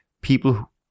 people